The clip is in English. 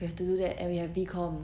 we have to do that and we have B com